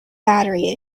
battery